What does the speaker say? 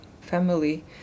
family